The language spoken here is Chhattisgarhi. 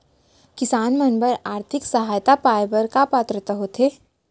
किसान मन बर आर्थिक सहायता पाय बर का पात्रता होथे?